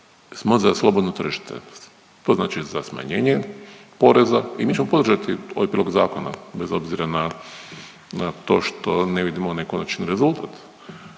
smo za slobodno tržište, to znači za smanjenje poreza i mi ćemo podržati ovaj prijedlog zakona bez obzira na, na to što ne vidimo onaj konačni rezultat,